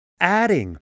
adding